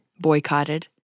boycotted